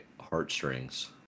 heartstrings